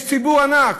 יש ציבור ענק,